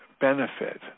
benefit